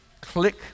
click